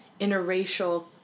interracial